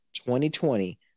2020